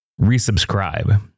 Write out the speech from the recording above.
resubscribe